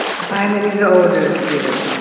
finally the order is given.